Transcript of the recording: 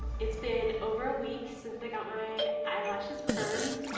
it's been over a week since i got my eyelashes permed.